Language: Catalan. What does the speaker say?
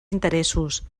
interessos